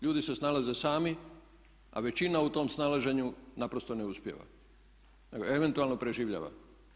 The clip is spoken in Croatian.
Ljudi se snalaze sami a većina u tom snalaženju naprosto ne uspijeva nego eventualno preživljava.